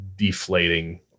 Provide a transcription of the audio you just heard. deflating